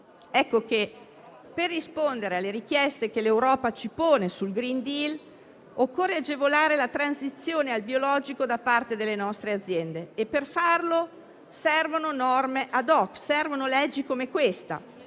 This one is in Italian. Ecco che per rispondere alle richieste che l'Europa ci pone sul *green deal* occorre agevolare la transizione al biologico da parte delle nostre aziende e per farlo servono norme *ad hoc*. Servono leggi come questa,